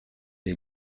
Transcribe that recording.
est